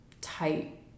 tight